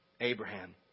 Abraham